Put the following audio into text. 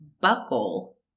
buckle